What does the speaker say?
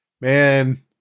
Man